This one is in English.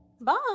bye